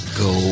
go